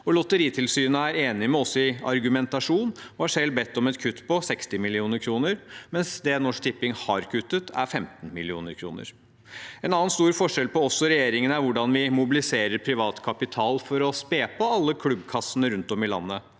Lotteritilsynet er enig med oss i argumentasjonen og har selv bedt om et kutt på 60 mill. kr, mens det Norsk Tipping har kuttet, er 15 mill. kr. En annen stor forskjell på oss og regjeringen går på hvordan vi mobiliserer privat kapital for å spe på alle klubbkassene rundt om i landet.